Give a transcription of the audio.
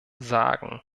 sagen